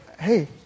hey